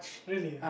really ah